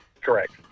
Correct